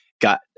Got